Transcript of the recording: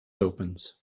opens